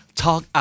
talk